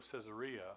Caesarea